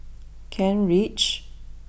Kent Ridge